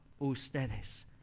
ustedes